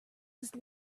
his